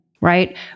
right